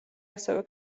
ასევე